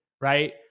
right